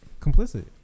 complicit